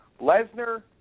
Lesnar